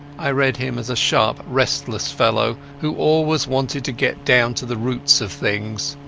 i read him as a sharp, restless fellow, who always wanted to get down to the roots of things.